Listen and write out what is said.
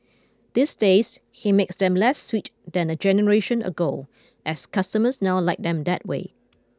these days he makes them less sweet than a generation ago as customers now like them that way